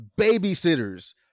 babysitters